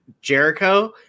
Jericho